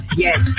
yes